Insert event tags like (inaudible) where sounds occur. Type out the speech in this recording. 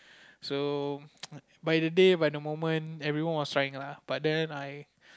so (noise) by the day by the moment everyone was trying lah but then I